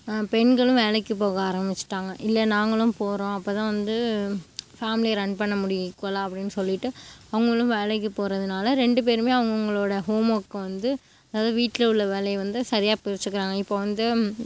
பெண்களும் வேலைக்கு போக ஆரமிஷ்டாங்க இல்லை நாங்களும் போகிறோம் அப்போ தான் வந்து ஃபேம்லியை ரன் பண்ண முடியும் ஈக்குவலாக அப்படின் சொல்லிவிட்டு அவங்களும் வேலைக்கு போகிறதுனால ரெண்டு பேருமே அவங்கவங்களோட ஹோம்ஒர்க்கை வந்து அதாவது வீட்டில் உள்ள வேலையை வந்து சரியாக பிரிச்சிக்கிறாங்க இப்போ வந்து